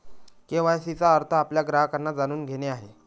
KYC चा अर्थ आपल्या ग्राहकांना जाणून घेणे आहे